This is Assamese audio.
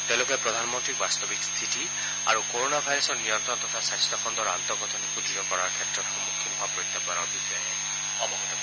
তেওঁলোকে প্ৰধানমন্ত্ৰীক বাস্তৱিক স্থিতি আৰু কোৰোণা ভাইৰাছৰ নিয়ন্ত্ৰণ তথা স্বাস্থ খণ্ডৰ আন্তঃগাঁথনি সুদ্ঢ় কৰাৰ ক্ষেত্ৰত সন্মুখীন হোৱা প্ৰত্যাহানৰ বিষয়ে অৱগত কৰে